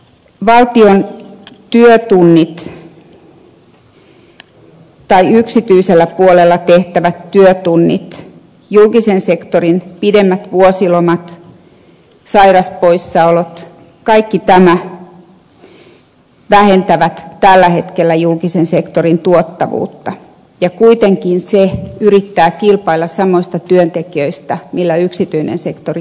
valtion työtunnit tai yksityisellä puolella tehtävät työtunnit julkisen sektorin pidemmät vuosilomat sairauspoissaolot kaikki tämä vähentää tällä hetkellä julkisen sektorin tuottavuutta ja kuitenkin se yrittää kilpailla samoista työntekijöistä kuin yksityinen sektori